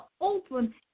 open